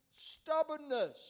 stubbornness